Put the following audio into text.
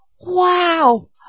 Wow